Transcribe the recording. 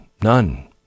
None